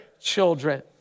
children